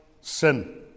sin